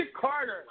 Carter